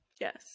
Yes